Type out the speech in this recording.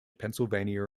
pennsylvania